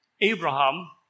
Abraham